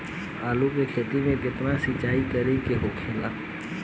आलू के खेती में केतना सिंचाई करे के होखेला?